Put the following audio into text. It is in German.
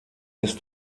ist